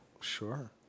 Sure